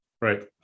Right